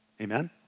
Amen